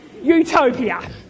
utopia